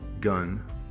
Gun